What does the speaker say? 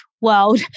world